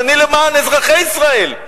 אבל אני למען אזרחי ישראל.